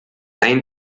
ein